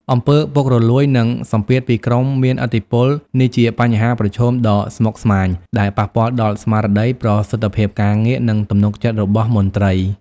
អំពើពុករលួយ និងសម្ពាធពីក្រុមមានឥទ្ធិពលនេះជាបញ្ហាប្រឈមដ៏ស្មុគស្មាញដែលប៉ះពាល់ដល់ស្មារតី ប្រសិទ្ធភាពការងារ និងទំនុកចិត្តរបស់មន្ត្រី។